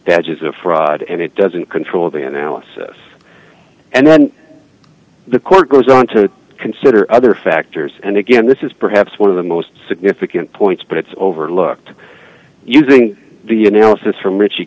a fraud and it doesn't control the analysis and then the court goes on to consider other factors and again this is perhaps one of the most significant points but it's overlooked you think the analysis from richie